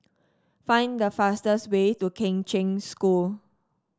find the fastest way to Kheng Cheng School